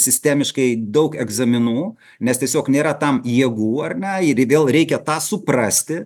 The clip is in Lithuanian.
sistemiškai daug egzaminų nes tiesiog nėra tam jėgų ar ne ir vėl reikia tą suprasti